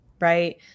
right